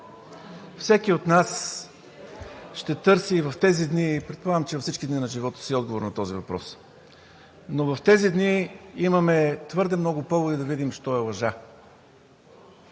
Всеки от нас ще търси и в тези дни, предполагам, че и във всички дни на живота си, отговор на този въпрос, но в тези дни имаме твърде много поводи да видим що е лъжа.